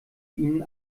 ihnen